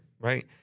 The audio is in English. right